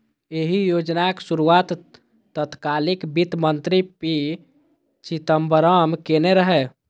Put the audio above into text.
एहि योजनाक शुरुआत तत्कालीन वित्त मंत्री पी चिदंबरम केने रहै